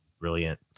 Brilliant